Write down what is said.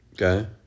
Okay